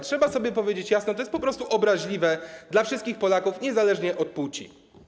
Trzeba sobie powiedzieć jasno, to jest po prostu obraźliwe dla wszystkich Polaków, niezależnie od płci.